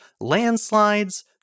landslides